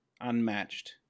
unmatched